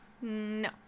No